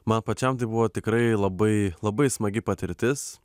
man pačiam tai buvo tikrai labai labai smagi patirtis